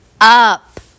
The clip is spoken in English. up